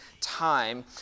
time